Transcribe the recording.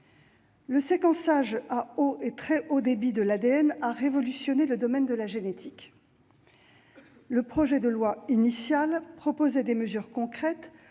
Le séquençage à haut et très haut débit de l'ADN a révolutionné le domaine de la génétique. Le projet de loi initial proposait des mesures concrètes